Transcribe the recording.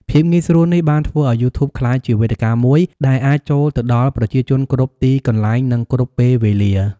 ភាពងាយស្រួលនេះបានធ្វើឱ្យយូធូបក្លាយជាវេទិកាមួយដែលអាចចូលទៅដល់ប្រជាជនគ្រប់ទីកន្លែង និងគ្រប់ពេលវេលា។